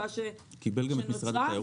למצוקה שנוצרה,